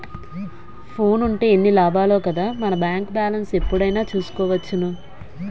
ఫోనుంటే ఎన్ని లాభాలో కదా మన బేంకు బాలెస్ను ఎప్పుడైనా చూసుకోవచ్చును